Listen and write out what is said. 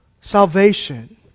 salvation